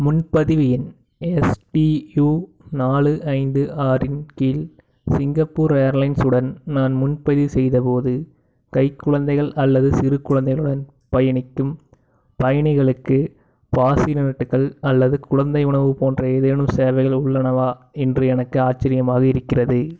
முன்பதிவு எண் எஸ்டியூ நாலு ஐந்து ஆறின் கீழ் சிங்கப்பூர் ஏர்லைன்ஸ் உடன் நான் முன்பதிவு செய்த போது கைக் குழந்தைகள் அல்லது சிறு குழந்தைகளுடன் பயணிக்கும் பயணிகளுக்கு பாஸினெட்டுகள் அல்லது குழந்தை உணவு போன்ற ஏதேனும் சேவைகள் உள்ளனவா என்று எனக்கு ஆச்சரியமாக இருக்கிறது